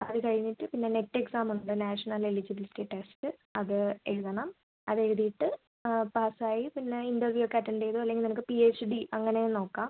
അത് കഴിഞ്ഞിട്ട് പിന്നെ നെറ്റ് എക്സാം ഉണ്ട് നാഷണൽ എലിജിബിലിറ്റി ടെസ്റ്റ് അത് എഴുതണം അത് എഴുതിയിട്ട് പാസ്സ് ആയി പിന്നെ ഇൻ്റർവ്യൂ ഒക്കെ അറ്റൻഡ് ചെയ്തോ അല്ലെങ്കിൽ നിനക്ക് പി എച്ച് ഡി അങ്ങനെയും നോക്കാം